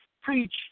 Preach